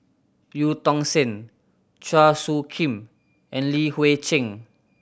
Eu Tong Sen Chua Soo Khim and Li Hui Cheng